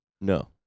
No